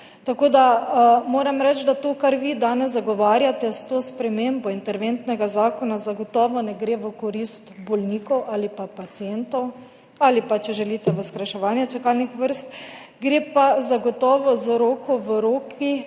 Tako da moram reči, da to, kar vi danes zagovarjate s to spremembo interventnega zakona, zagotovo ne gre v korist bolnikov ali pa pacientov ali pa, če želite, v skrajševanje čakalnih vrst, gre pa zagotovo z roko v roki